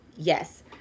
yes